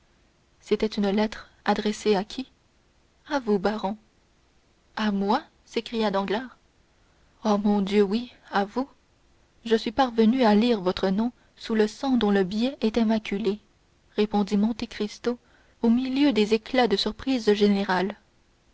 c'était une lettre adressée à qui à vous baron à moi s'écria danglars oh mon dieu oui à vous je suis parvenu à lire votre nom sous le sang dont le billet était maculé répondit monte cristo au milieu des éclats de surprise générale